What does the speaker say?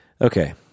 Okay